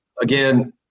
again